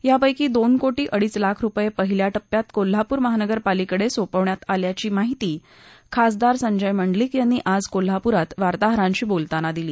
यापैकी दोन कोटी अडीच लाख रुपये पहिल्या टप्प्यात कोल्हापूर महापालिकेकडे सोपवण्यात आल्याची माहिती खासदार संजय मंडलिक यांनी आज कोल्हापूर ध्वे वार्ताहरांशी बोलताना दिली